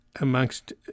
amongst